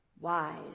wise